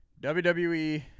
WWE